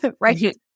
right